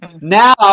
Now